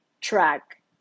track